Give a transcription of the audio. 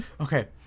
Okay